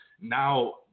Now